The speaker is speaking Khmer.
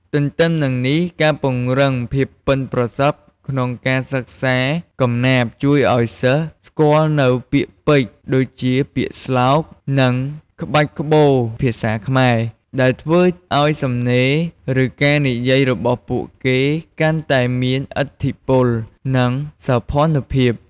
ទទ្ទឹមនឹងនេះ ការពង្រឹងភាពប៉ិនប្រសប់ក្នុង ការសិក្សាកំណាព្យជួយឱ្យសិស្សស្គាល់នូវពាក្យពេចន៍ ដូចជាពាក្យស្លោក និងក្បាច់ក្បូរភាសាខ្មែរ ដែលធ្វើឱ្យសំណេរ ឬការនិយាយរបស់ពួកគេកាន់តែមានឥទ្ធិពល និងសោភណភាព។